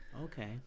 Okay